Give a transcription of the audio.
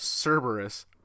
Cerberus